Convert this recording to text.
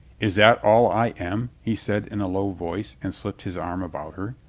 is that all i am? he said in a low voice and slipped his arm about her.